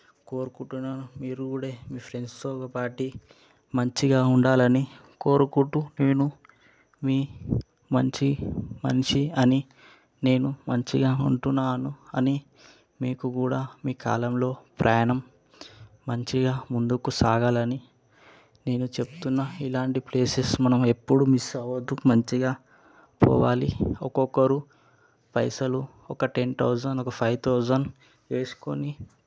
కోరుకుంటున్నాను మీరు కూడా మీ ఫ్రెండ్స్తో ఒక పాటి మంచిగా ఉండాలి అని కోరుకుంటు నేను మీ మంచి మనిషి అని నేను మంచిగా ఉంటున్నాను అని మీకు కూడా మీ కాలంలో ప్రయాణం మంచిగా ముందుకు సాగాలని నేను చెప్తున్నా ఇలాంటి ప్లేసెస్ మనం ఎప్పుడు మిస్ అవ్వద్దు మంచిగా పోవాలి ఒక్కొక్కరు పైసలు ఒక టెన్ థౌసండ్ ఒక ఫైవ్ థౌసండ్ వేసుకొని